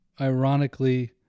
ironically